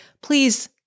please